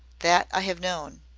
that i have known